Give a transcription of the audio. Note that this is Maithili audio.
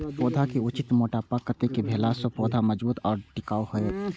पौधा के उचित मोटापा कतेक भेला सौं पौधा मजबूत आर टिकाऊ हाएत?